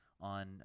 on